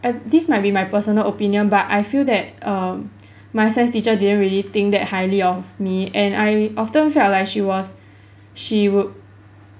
uh this might be my personal opinion but I feel that um my science teacher didn't really think that highly of me and I often felt like she was she would